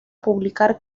publicar